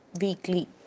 weekly